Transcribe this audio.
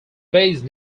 based